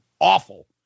Awful